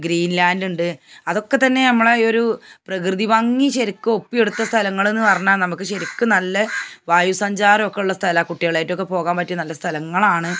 ഗ്രീൻലാൻ്റുണ്ട് അതൊക്കെതന്നെ യമ്മളെ ഈ ഒരു പ്രകൃതി ഭംഗി ശരിക്കും ഒപ്പി എടുത്താൽ സ്ഥലങ്ങളെന്നു പറഞ്ഞാൽ നമുക്ക് ശരിക്കും നല്ല വായുസഞ്ചാരം ഒക്കെ ഉള്ള സ്ഥലമാണ് കുട്ടികളായിട്ടൊക്കെ പോകാൻ പറ്റിയ നല്ല സ്ഥലങ്ങളാണ്